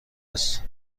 است